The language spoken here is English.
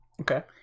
okay